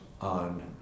on